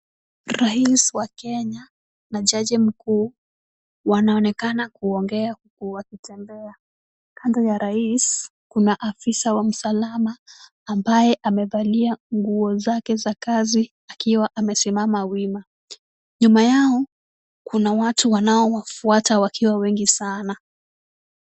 Rais wa Kenya na jaji mkuu wanaonekana kuongea huku wakitembea. Kando ya rais kuna afisa wa usalama ambaye amevalia nguo zake za kazi akiwa amesimama wima. Nyuma yao kuna watu wanaowafuata wakiwa wengi sana.